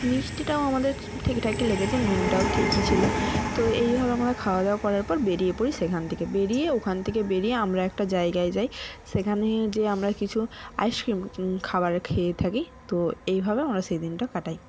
মিষ্টিটাও আমাদের ঠিকঠাকই লেগেছে নুনটাও ঠিকই ছিলো তো এইভাবে আমরা খাওয়াদাওয়া করার পর বেরিয়ে পড়ি সেখান থেকে বেরিয়ে ওখান থেকে বেরিয়ে আমরা একটা জায়গায় যাই সেখানে গিয়ে আমরা কিছু আইসক্রিম খাবার খেয়ে থাকি তো এইভাবে আমরা সেই দিনটা কাটাই